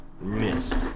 Missed